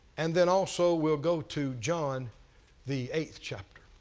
and then also we'll go to john the eighth chapter.